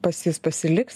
pas jus pasiliks